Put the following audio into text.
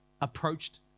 approached